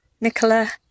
Nicola